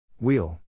Wheel